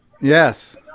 Yes